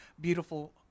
beautiful